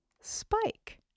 Spike